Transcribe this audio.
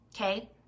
Okay